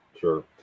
Sure